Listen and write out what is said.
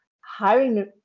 hiring